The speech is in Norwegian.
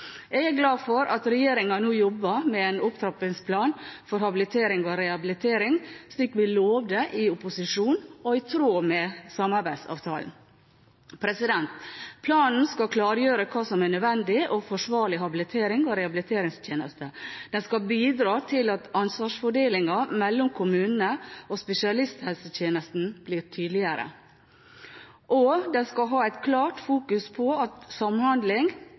Jeg er glad for at regjeringen nå jobber med en opptrappingsplan for habilitering og rehabilitering, slik vi lovet i opposisjon, og i tråd med samarbeidsavtalen. Planen skal klargjøre hva som er nødvendige og forsvarlige habiliterings- og rehabiliteringstjenester. Den skal bidra til at ansvarsfordelingen mellom kommunene og spesialisthelsetjenesten blir tydeligere, og den skal ha et klart fokus på at